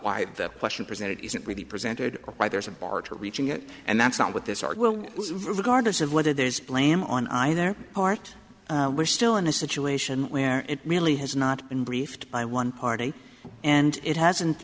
why the question presented isn't really presented by there's a bar to reaching it and that's not what this article was regardless of whether there's blame on either part we're still in a situation where it really has not been briefed by one party and it hasn't